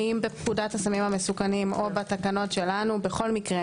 האם בפקודת הסמים המסוכנים או בתקנות שלנו בכל מקרה,